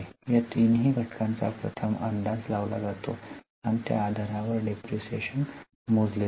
या तिन्ही घटकांचा प्रथम अंदाज लावला जातो आणि त्या आधारावर डिप्रीशीएशन मोजला जातो